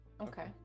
Okay